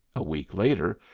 a week later,